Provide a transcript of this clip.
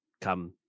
come